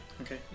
Okay